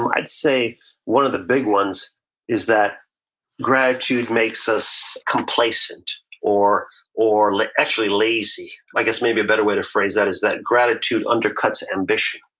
i'd say one of the big ones is that gratitude makes us complacent or or like actually lazy. i guess maybe a better way to phrase that is that gratitude undercuts ambition,